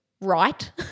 right